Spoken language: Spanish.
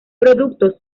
productos